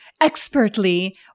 expertly